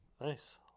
Nice